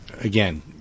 again